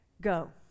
Go